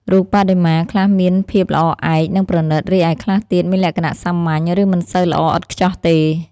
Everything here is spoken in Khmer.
រូបបដិមា ខ្លះមានភាពល្អឯក និងប្រណិត រីឯខ្លះទៀតមានលក្ខណៈសាមញ្ញ ឬមិនសូវល្អឥតខ្ចោះទេ។